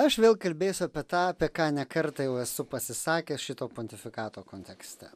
aš vėl kalbėsiu apie tą apie ką ne kartą jau esu pasisakęs šito pontifikato kontekste